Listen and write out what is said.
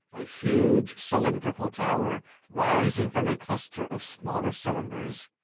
a huge cylindrical tower rising from a cluster of smaller cylinders,